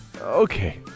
Okay